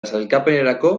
sailkapenerako